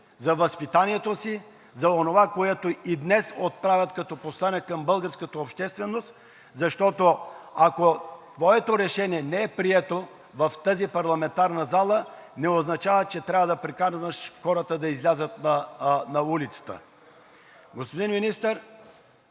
за възпитанието си, за онова, което и днес отправят като послание към българската общественост. Защото, ако твоето решение не е прието в тази парламентарна зала, не означава, че трябва да приканваш хората да излязат на улицата. Господин Министър,